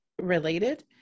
related